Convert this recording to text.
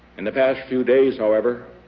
in the past few days however,